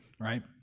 right